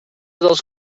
dels